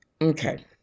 okay